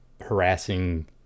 harassing